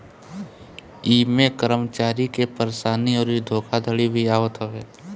इमें कर्मचारी के परेशानी अउरी धोखाधड़ी भी आवत हवे